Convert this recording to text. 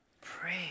Pray